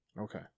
Okay